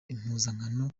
impuzankano